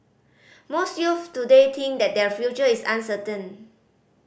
most youths today think that their future is uncertain